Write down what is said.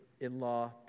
in-law